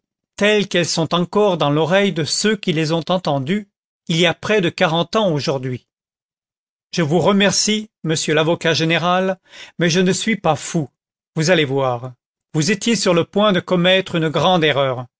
telles qu'elles sont encore dans l'oreille de ceux qui les ont entendues il y a près de quarante ans aujourd'hui je vous remercie monsieur l'avocat général mais je ne suis pas fou vous allez voir vous étiez sur le point de commettre une grande erreur